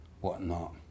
whatnot